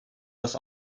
das